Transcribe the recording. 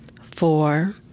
four